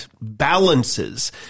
balances